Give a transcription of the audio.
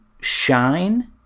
shine